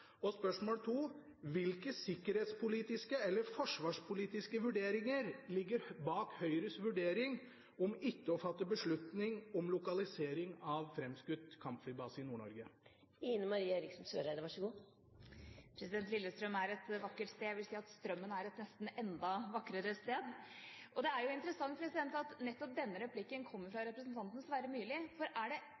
Og spørsmål 2: Hvilke sikkerhetspolitiske eller forsvarspolitiske vurderinger ligger bak Høyres vurdering om ikke å fatte beslutning om lokalisering av framskutt kampflybase i Nord-Norge? Lillestrøm er et vakkert sted. Jeg vil si at Strømmen er et nesten enda vakrere sted! Det er interessant at nettopp denne replikken kommer fra representanten Sverre Myrli. For er det